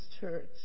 Church